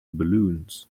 balloons